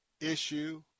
issue